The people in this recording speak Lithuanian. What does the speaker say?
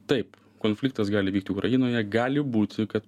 taip konfliktas gali vykti ukrainoje gali būti kad